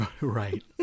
right